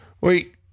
Wait